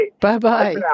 Bye-bye